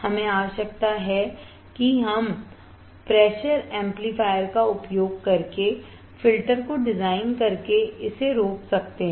हमें आवश्यकता है कि हम प्रेशर एम्पलीफायर का उपयोग करके फ़िल्टर को डिज़ाइन करके इसे रोक सकते हैं